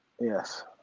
Yes